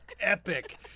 epic